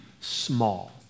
small